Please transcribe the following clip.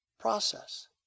process